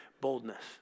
boldness